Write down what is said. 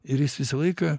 ir jis visą laiką